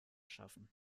schaffen